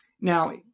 Now